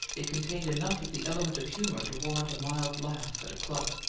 it contained enough of the element of humour to warrant a mild laugh at a club.